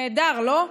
נהדר, לא?